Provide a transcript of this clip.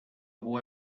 boy